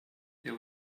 there